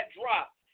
drop